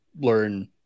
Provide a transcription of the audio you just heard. learn